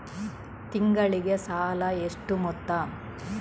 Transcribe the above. ತಿಂಗಳಿಗೆ ಸಾಲ ಎಷ್ಟು ಮೊತ್ತ?